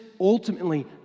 ultimately